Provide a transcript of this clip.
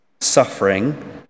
suffering